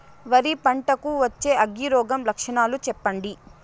వరి పంట కు వచ్చే అగ్గి రోగం లక్షణాలు చెప్పండి?